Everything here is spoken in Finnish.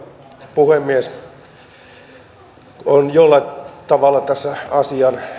puhemies olen jollain tavalla tässä asian